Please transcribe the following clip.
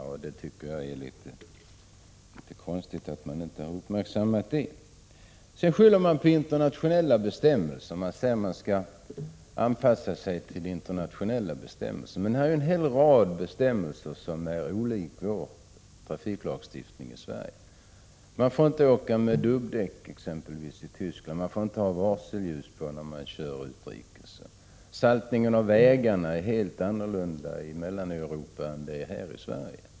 Jag tycker att det är litet konstigt att man inte har uppmärksammat det. Sedan skyller man på internationella bestämmelser. Man säger att vi skall anpassa oss till internationella bestämmelser. Men det finns ju en hel rad bestämmelser utomlands som skiljer sig från vår trafiklagstiftning i Sverige. Man får t.ex. inte köra med dubbdäck i Tyskland, och man får inte ha varselljus på när man kör utrikes. Saltningen av vägarna är helt annorlunda i Mellaneuropa än här i Sverige.